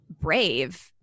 brave